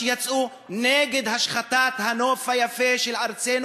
שיצאו נגד השחתת הנוף היפה של ארצנו,